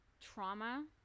trauma